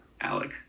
Alec